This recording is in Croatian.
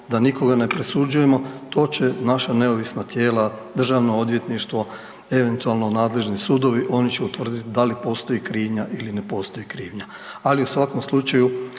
da nikoga ne presuđujemo, to će naša neovisna tijela Državno odvjetništvo eventualno nadležni sudovi oni će utvrditi da li postoji krivnja ili ne postoji krivnja, ali u svakom slučaju